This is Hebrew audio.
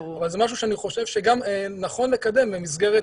אבל זה משהו שאני חושב שגם נכון לקדם במסגרת